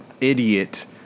idiot